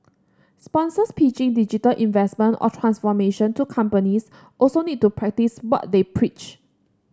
sponsors pitching digital investment or transformation to companies also need to practice what they preach